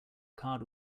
card